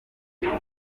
ibi